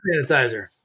sanitizer